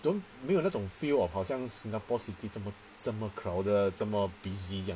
don't 没有那种 feel or 好像 singapore city 这么这么 crowded 这么 busy